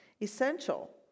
essential